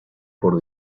por